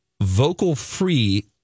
vocal-free